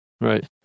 right